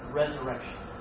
resurrection